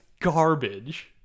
Garbage